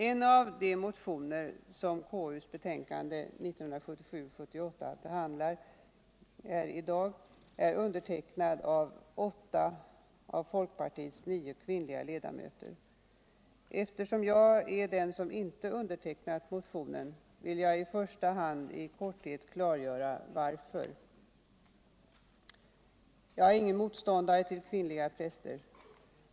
En av de motioner som behandlas i konstitutionsutskottets betänkande 1977/78:48 är undertecknad av åtta av folkpartiets nio kvinnliga ledamöter. Eftersom jag är den som inte undertecknat motionen vill jag i första hand i korthet klargöra varför. Jag är ingen motståndare ull kvinnliga präster.